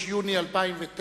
י' בסיוון התשס"ט,